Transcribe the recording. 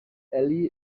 elli